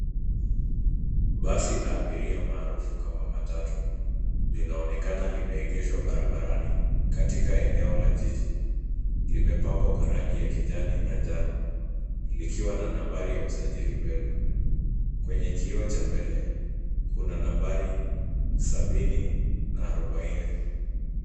Basi la abiria maarufu kama matatu linaonekana limeegeshwa barabarani katika eneo la jiji. Limepambwa kwa rangi ya kijani na njano likiwa na nambari ya usajili mbele. Kwenye kioo cha mbele kuna nambari sabini na arobaini.